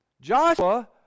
Joshua